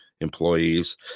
employees